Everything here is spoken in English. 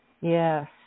Yes